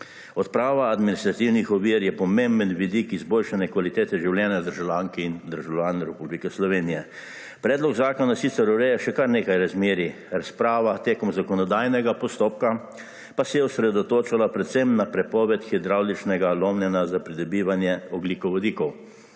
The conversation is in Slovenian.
Odprava administrativnih ovir je pomemben vidik izboljšanja kvalitete življenja državljank in državljanov Republike Slovenije. Predlog zakona sicer ureja še kar nekaj razmerij. Razprava tekom zakonodajnega postopka pa se je osredotočala predvsem pa prepoved hidravličnega lomljenja za pridobivanje ogljikovodikov.